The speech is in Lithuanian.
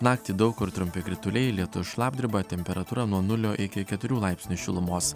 naktį daug kur trumpi krituliai lietus šlapdriba temperatūra nuo nulio iki keturių laipsnių šilumos